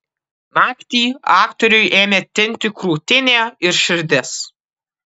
naktį aktoriui ėmė tinti krūtinė ir širdis